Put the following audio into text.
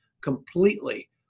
completely